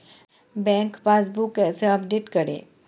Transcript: Bank passbook कैसे update करें?